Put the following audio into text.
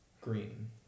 green